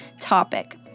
topic